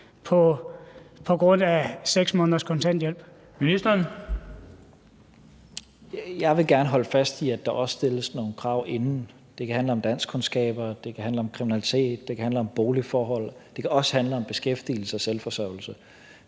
og integrationsministeren (Mattias Tesfaye): Jeg vil gerne holde fast i, at der også stilles nogle krav inden. Det kan handle om danskkundskaber; det kan handle om kriminalitet; det kan handle om boligforhold; det kan også handle om beskæftigelse og selvforsørgelse.